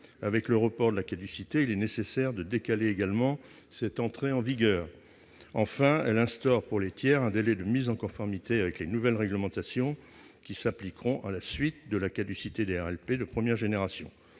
Avec le report de la caducité, il est nécessaire de décaler également cette entrée en vigueur. Enfin, elle instaure pour les tiers un délai de mise en conformité avec les nouvelles réglementations qui s'appliqueront après la caducité des RLP de première génération.